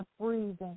breathing